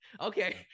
okay